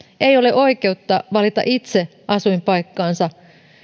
ei ole oikeutta valita itse asuinpaikkaansa